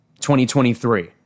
2023